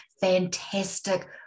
fantastic